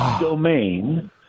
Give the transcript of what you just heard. domain